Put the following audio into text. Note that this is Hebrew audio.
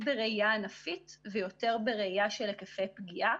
בראייה ענפית ויותר בראייה של היקפי פגיעה.